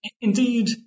indeed